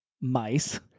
mice